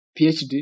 PhD